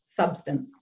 substance